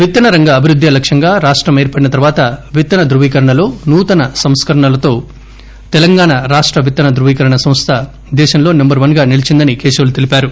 విత్తన రంగ అభివృద్దే లక్ష్యంగా రాష్టం ఏర్పడిన తరువాత విత్తన దృవీకరణలో నూతన సంస్కరణలతో తెలంగాణ రాష్ట విత్తన ధృవీకరణ సంస్ల దేశంలో నంబర్ వస్ గా నిలిచిందని కేశవులు తెలిపారు